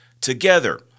Together